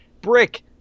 Brick